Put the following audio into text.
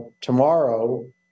tomorrow